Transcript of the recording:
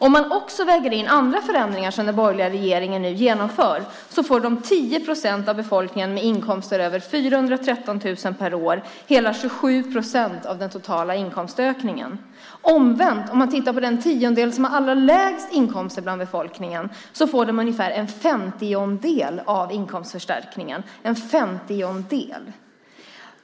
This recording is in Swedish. Om man också väger in andra förändringar som den borgerliga regeringen nu genomför får de 10 procent av befolkningen som har inkomster över 413 000 per år hela 27 procent av den totala inkomstökningen. Om man omvänt tittar på den tiondel av befolkningen som har allra lägst inkomst får de ungefär en femtiondel av inkomstförstärkningen.